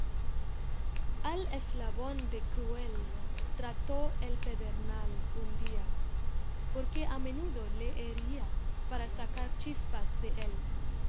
eslabón de cruel trató el pedernal un día porque a menudo le hería para sacar chispas de él